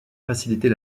faciliter